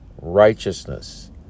Righteousness